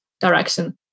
direction